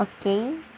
Okay